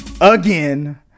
again